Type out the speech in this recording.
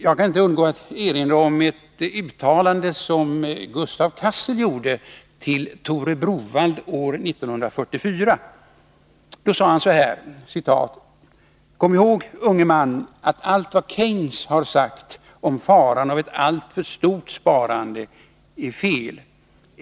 Jag kan inte underlåta att erinra om ett uttalande som Gustaf Cassel riktade till Tore Browaldh år 1944. Då sade han så här: ”Kom ihåg, unge man, att allt vad Keynes har sagt om faran av ett alltför stort sparande är fel.